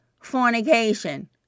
Fornication